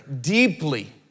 deeply